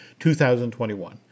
2021